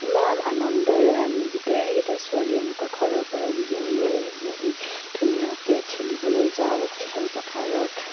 ইমান আনন্দৰে আমি গোটেইকেইটা ছোৱালী এনেকুৱা ঘৰৰ পৰা উলিয়াই লৈ আহি আমি ধুনীয়াকৈ খেলিবলৈ যাওঁ খেলপথাৰত